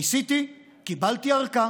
ניסיתי, קיבלתי ארכה,